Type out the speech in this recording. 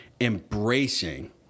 embracing